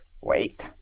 Wait